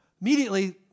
Immediately